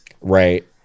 Right